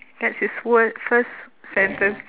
that's his word first sentence